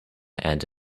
and